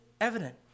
evident